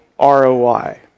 ROI